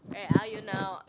where are you now